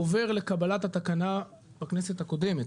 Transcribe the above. עובר לקבלת התקנה בכנסת הקודמת,